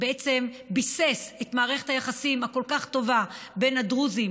שביסס את מערכת היחסים הכל-כך טובה בין הדרוזים